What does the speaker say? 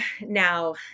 now